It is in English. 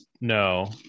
No